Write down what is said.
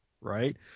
right